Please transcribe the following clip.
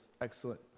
Excellent